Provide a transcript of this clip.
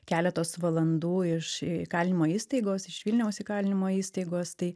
keletos valandų iš įkalinimo įstaigos iš vilniaus įkalinimo įstaigos tai